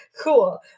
cool